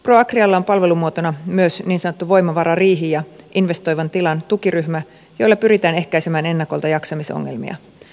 proagrialla on palvelumuotoina myös niin sanottu voimavarariihi ja investoivan tilan tukiryhmä joilla pyritään ehkäisemään ennakolta jaksamisongelmia